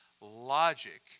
logic